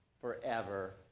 forever